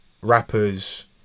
rappers